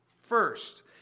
First